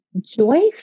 Joy